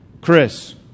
Chris